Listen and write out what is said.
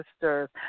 sisters